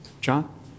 John